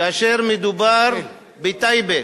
כאשר מדובר בטייבה